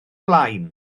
blaen